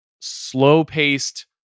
slow-paced